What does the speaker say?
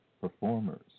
performers